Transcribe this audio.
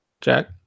Jack